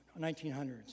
1900s